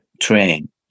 train